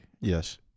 yes